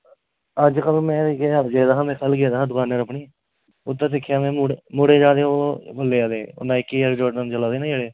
अजकल में ते इ'यै कल्ल गेदा हा में कल्ल गेदा हा दकाना र अपनी उत्थै दिक्खेआ में मुड़े मुड़े हे आए दे ओह् म्हल्ले आह्ले नायकी ओह् जे आइटम चला दे निं जेह्ड़े